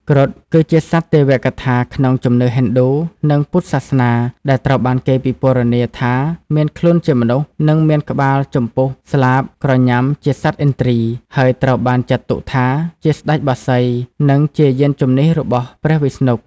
គ្រុឌ គឺជាសត្វទេវកថាក្នុងជំនឿហិណ្ឌូ និងពុទ្ធសាសនា ដែលត្រូវបានគេពិពណ៌នាថាមានខ្លួនជាមនុស្ស និងមានក្បាល ចំពុះ ស្លាប ក្រញាំជាសត្វឥន្ទ្រី ហើយត្រូវបានចាត់ទុកថា ជាស្តេចបក្សី និងជាយានជំនិះរបស់ព្រះវិស្ណុ។